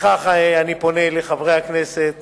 לפיכך אני פונה אל חברי הכנסת